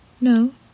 No